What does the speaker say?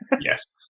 Yes